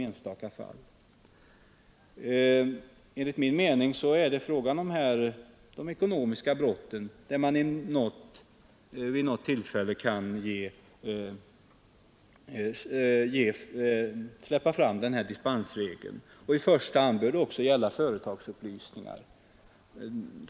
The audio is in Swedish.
Enligt min mening kan det således finnas anledning att vid något tillfälle använda dispensregeln med tanke på de ekonomiska brotten. I första hand bör den också gälla företagsupplysningar.